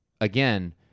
again